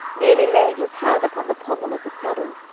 merely laying his hand upon the pommel of the saddle,